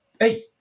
Hey